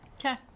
Okay